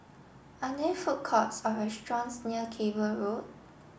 are there food courts or restaurants near Cable Road